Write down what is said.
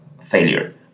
failure